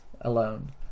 alone